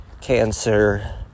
cancer